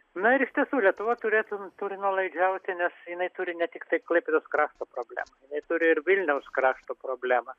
na ir iš tiesų lietuva turėtų turi nuolaidžiauti nes jinai turi ne tiktai klaipėdos krašto problemą ji turi ir vilniaus krašto problemą